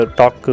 talk